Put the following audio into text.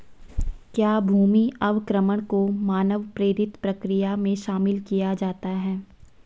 क्या भूमि अवक्रमण को मानव प्रेरित प्रक्रिया में शामिल किया जाता है?